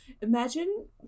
Imagine